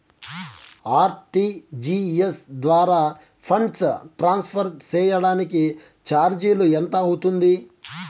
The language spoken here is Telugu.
ఆర్.టి.జి.ఎస్ ద్వారా ఫండ్స్ ట్రాన్స్ఫర్ సేయడానికి చార్జీలు ఎంత అవుతుంది